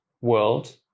world